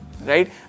right